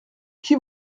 qui